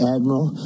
Admiral